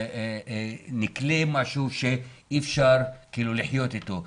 משהו שאי אפשר לחיות איתו.